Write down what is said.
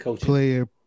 player